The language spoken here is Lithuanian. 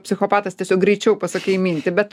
psichopatas tiesiog greičiau pasakai mintį bet